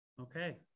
Okay